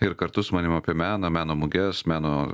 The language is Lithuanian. ir kartu su manim apie meną meno muges meno